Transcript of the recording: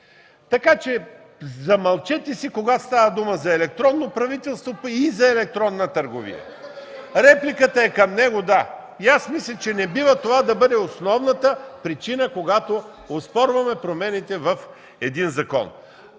Така че замълчете си, когато става дума за електронно правителство и за електронна търговия! (Реплики от ГЕРБ.) Репликата е към него, да! Мисля, че това не бива да бъде основната причина, когато оспорваме промените в един закон.